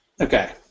Okay